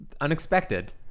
Unexpected